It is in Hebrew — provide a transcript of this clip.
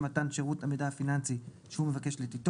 מתן השירות למידע הפיננסי שהוא מבקש ל ---,